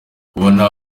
kubona